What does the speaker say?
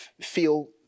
feel